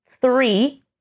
three